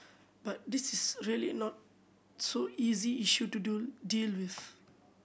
but this is really not so easy issue to do deal with